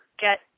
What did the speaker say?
get